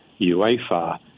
UEFA